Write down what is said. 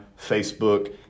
Facebook